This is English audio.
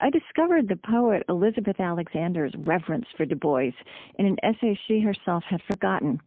i discovered the poet elizabeth alexander's reverence for du bois in an essay she herself had forgotten,